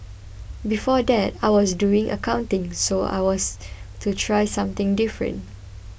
before that I was doing accounting so I want to try something different